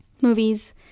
movies